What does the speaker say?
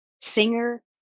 Singer